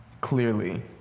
clearly